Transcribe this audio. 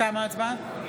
תמה ההצבעה.